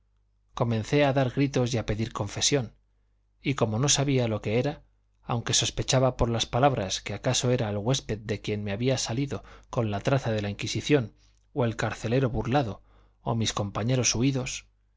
comencé a dar gritos y a pedir confesión y como no sabía lo que era aunque sospechaba por las palabras que acaso era el huésped de quien me había salido con la traza de la inquisición o el carcelero burlado o mis compañeros huidos